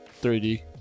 3D